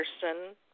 person